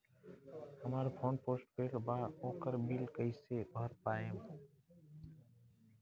हमार phone postpaid बा ओकर बिल कईसे भर पाएम?